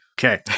Okay